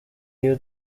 iyo